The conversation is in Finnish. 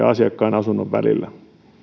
asiakkaan asunnon välillä